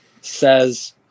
says